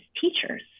teachers